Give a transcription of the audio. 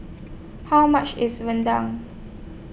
How much IS Rendang